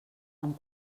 amb